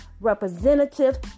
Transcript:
representative